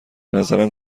نظرم